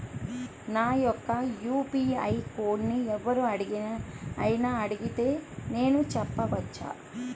నా యొక్క యూ.పీ.ఐ కోడ్ని ఎవరు అయినా అడిగితే నేను చెప్పవచ్చా?